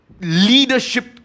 leadership